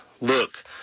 look